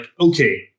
okay